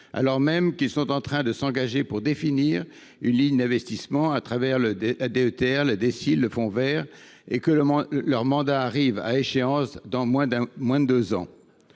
alors qu’ils sont en train de s’engager pour définir une ligne d’investissements au travers de la DETR, de la DSIL et du fonds vert et que leur mandat arrive à échéance dans moins de deux ans